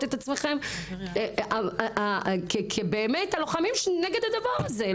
את עצמכם באמת כלוחמים נגד הדבר הזה,